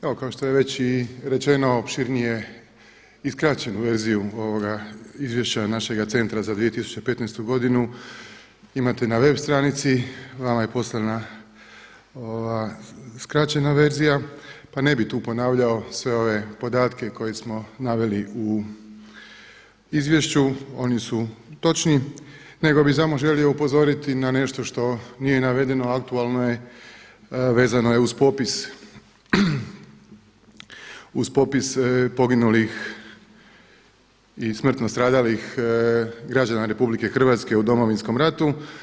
Evo kao što je već i rečeno opširnije i skraćenu verziju ovoga izvješća našega Centra za 2015. godinu imate na web stranici, vama je poslana skraćena verzija pa ne bih tu ponavljao sve ove podatke koje smo naveli u izvješću, oni su točni nego bih samo želio upozoriti na nešto što nije navedeno a aktualno je, vezano je uz popis poginulih i smrtno stradalih građana RH u Domovinskom ratu.